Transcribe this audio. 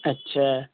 اچھا